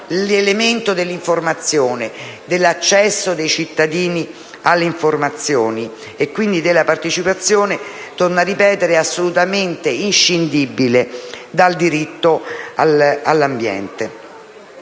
L'elemento dell'informazione, dell'accesso dei cittadini all'informazione e della partecipazione è assolutamente inscindibile dal diritto all'ambiente.